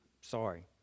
Sorry